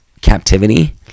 captivity